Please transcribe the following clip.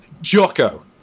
jocko